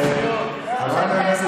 סגרו לך דיל?